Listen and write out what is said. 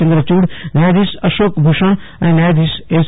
ચંદ્રયુડ ન્યાયાધિશ અશોક ભુસણ અને ન્યાયાધિશ એસ